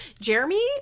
Jeremy